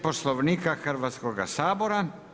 Poslovnika Hrvatskoga sabora.